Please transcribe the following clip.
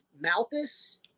Malthus